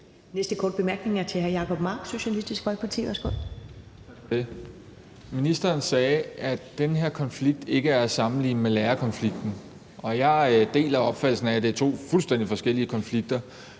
næste korte bemærkning er til hr. Jacob Mark, Socialistisk Folkeparti.